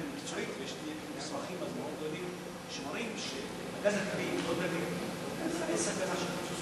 שמראים שהגז הטבעי לא דליק, אין סכנה,